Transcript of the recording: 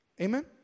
Amen